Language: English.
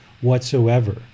whatsoever